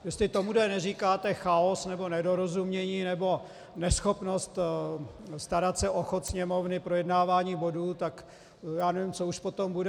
Jestli tomuto neříkáte chaos nebo nedorozumění nebo neschopnost starat se o chod Sněmovny, projednávání bodů, tak já nevím, co už potom bude.